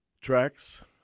tracks